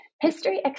History